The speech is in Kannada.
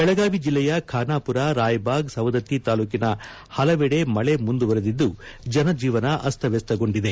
ಬೆಳಗಾವಿ ಜಿಲ್ಲೆಯ ಬಾನಾಪುರ ರಾಯ್ಭಾಗ್ ಸವದತ್ತಿ ತಾಲೂಟಿನ ಹಲವೆಡ ಮಳೆ ಮುಂದುವರೆದಿದ್ದು ಜನಜೀವನ ಅಸ್ತವಸ್ತಗೊಂಡಿದೆ